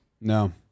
No